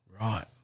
Right